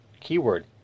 keyword